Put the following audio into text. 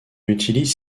utilise